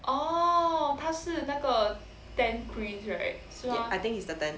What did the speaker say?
I think he's the tenth